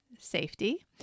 safety